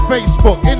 Facebook